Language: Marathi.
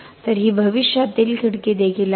तर ही भविष्यातील खिडकी देखील आहे